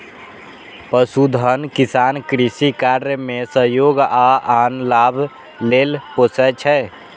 पशुधन किसान कृषि कार्य मे सहयोग आ आन लाभ लेल पोसय छै